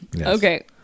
okay